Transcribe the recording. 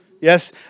Yes